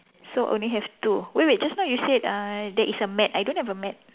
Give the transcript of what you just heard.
so only have two wait wait just now you said uh there is a mat I don't have a mat